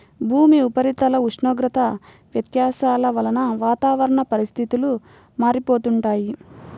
భూమి ఉపరితల ఉష్ణోగ్రత వ్యత్యాసాల వలన వాతావరణ పరిస్థితులు మారిపోతుంటాయి